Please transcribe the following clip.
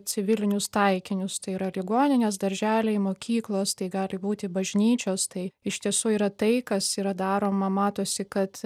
civilinius taikinius tai yra ligoninės darželiai mokyklos tai gali būti bažnyčios tai iš tiesų yra tai kas yra daroma matosi kad